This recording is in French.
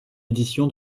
édition